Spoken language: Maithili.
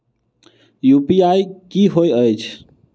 यु.पी.आई की होइत अछि